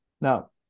Now